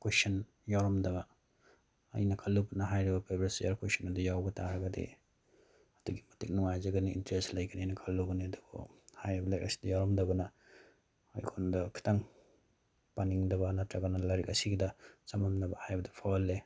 ꯀꯣꯏꯁꯟ ꯌꯥꯎꯔꯝꯗꯕ ꯑꯩꯅ ꯈꯜꯂꯨꯕꯅ ꯍꯥꯏꯔꯤꯕ ꯄ꯭ꯔꯤꯕꯤꯌꯁ ꯏꯤꯌꯥꯔ ꯀꯣꯏꯁꯟ ꯑꯗꯨ ꯌꯥꯎꯕ ꯇꯥꯔꯒꯗꯤ ꯑꯗꯨꯛꯀꯤ ꯃꯇꯤꯛ ꯅꯨꯡꯉꯥꯏꯖꯒꯅꯤ ꯏꯟꯇꯔꯦꯁ ꯂꯩꯒꯅꯦꯅ ꯈꯜꯂꯨꯕꯅꯤ ꯑꯗꯨꯕꯨ ꯍꯥꯏꯔꯤꯕ ꯂꯥꯏꯔꯤꯛ ꯑꯁꯤꯗ ꯌꯥꯎꯔꯝꯗꯕꯅ ꯑꯩꯉꯣꯟꯗ ꯈꯤꯇꯪ ꯄꯥꯅꯤꯡꯗꯕ ꯅꯠꯇ꯭ꯔꯒꯅ ꯂꯥꯏꯔꯤꯛ ꯑꯁꯤꯗ ꯆꯃꯝꯅꯕ ꯍꯥꯏꯕꯗꯨ ꯐꯥꯎꯍꯜꯂꯦ